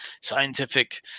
scientific